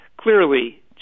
clearly